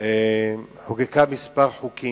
חוקקה כמה חוקים,